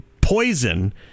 poison